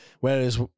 whereas